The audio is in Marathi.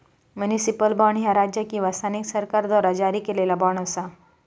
म्युनिसिपल बॉण्ड, ह्या राज्य किंवा स्थानिक सरकाराद्वारा जारी केलेला बॉण्ड असा